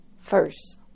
first